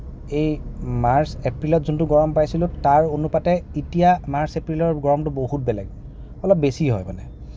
এই মাৰ্চ এপ্ৰিলত যোনটো গৰম পাইছিলোঁ তাৰ অনুপাতে এতিয়া মাৰ্চ এপ্ৰিলৰ গৰমটো বহুত বেলেগ অলপ বেছি হয় মানে